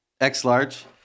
X-Large